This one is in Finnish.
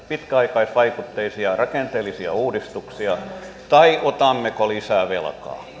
pitkäaikaisvaikutteisia rakenteellisia uudistuksia vai otammeko lisää velkaa